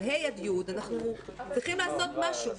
אבל ה' י' צריכים לעשות משהו.